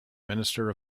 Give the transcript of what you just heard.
minister